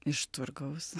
iš turgaus